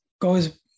goes